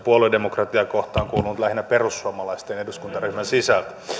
puoluedemokratiaa kohtaan on kyllä kuulunut lähinnä perussuomalaisten eduskuntaryhmän sisältä